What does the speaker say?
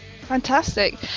Fantastic